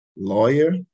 lawyer